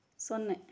ಸೊನ್ನೆ